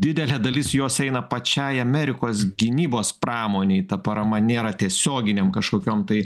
didelė dalis jos eina pačiai amerikos gynybos pramonei ta parama nėra tiesioginėm kažkokiom tai